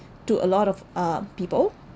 to a lot of uh people